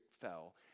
fell